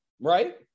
right